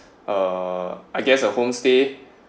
uh I guess a homestay